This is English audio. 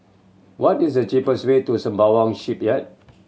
what is the cheapest way to Sembawang Shipyard